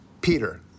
Peter